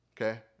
Okay